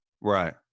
Right